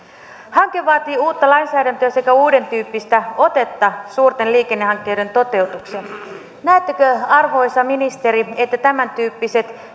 hanke vaatii uutta lainsäädäntöä sekä uudentyyppistä otetta suurten liikennehankkeiden toteutukseen näettekö arvoisa ministeri että tämäntyyppisellä